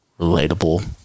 relatable